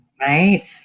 right